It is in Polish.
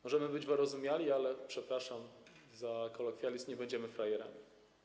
Możemy być wyrozumiali, ale - przepraszam za kolokwializm - nie będziemy frajerami.